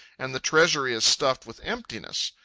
and the treasury is stuffed with emptiness.